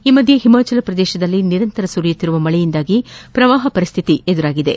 ಈ ಮಧ್ಯೆ ಹಿಮಾಚಲ ಪ್ರದೇಶದಲ್ಲಿ ನಿರಂತರವಾಗಿ ಸುರಿಯುತ್ತಿರುವ ಮಳೆಯಿಂದಾಗಿ ಪ್ರವಾಪ ಪರಿಶ್ಥಿತಿ ತಲೆದೋರಿದೆ